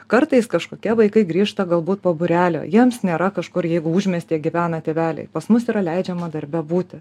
kartais kažkokie vaikai grįžta galbūt po būrelio jiems nėra kažkur jeigu užmiestyje gyvena tėveliai pas mus yra leidžiama darbe būti